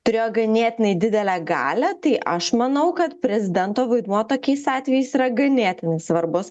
turėjo ganėtinai didelę galią tai aš manau kad prezidento vaidmuo tokiais atvejais yra ganėtinai svarbus